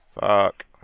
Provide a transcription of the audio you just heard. Fuck